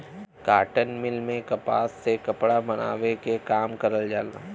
cotton mill में कपास से कपड़ा बनावे के काम करल जाला